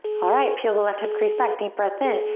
alright, peel the left hip crease back, deep breath in.